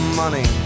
money